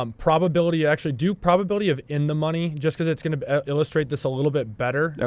um probability you actually do probability of in the money, just because it's going to illustrate this a little bit better, ah